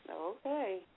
Okay